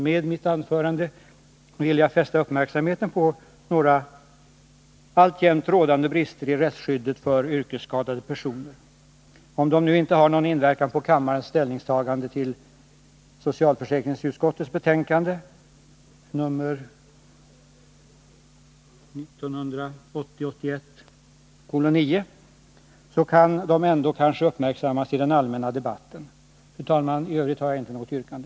Med mitt anförande vill jag fästa uppmärksamheten på några alltjämt rådande brister i rättsskyddet för yrkesskadade personer. Om det anförda nu inte har någon inverkan på kammarens ställningstagande till socialförsäkringsutskottets betänkande 1980/81:9, kan det kanske ändå uppmärksammas i den allmänna debatten. Fru talman! I övrigt har jag inte något yrkande.